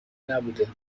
نبوده